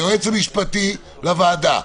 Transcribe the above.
היועץ המשפטי לוועדה,